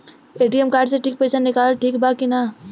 ATM card से पईसा निकालल ठीक बा की ना?